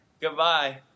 Goodbye